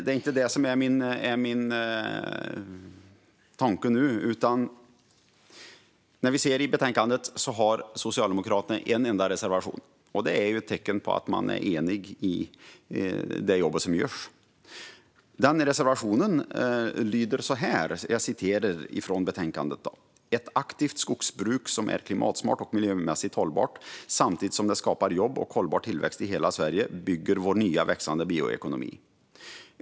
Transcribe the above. Det är inte det som är min tanke nu. I betänkandet har Socialdemokraterna bara en enda reservation. Det är ett tecken på att man är enig om det jobb som görs. Reservationen lyder så här: "Ett aktivt skogsbruk som är klimatsmart och miljömässigt hållbart samtidigt som det skapar jobb och hållbar tillväxt i hela Sverige bygger vår nya växande bioekonomi.